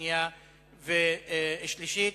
השנייה והשלישית.